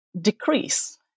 decrease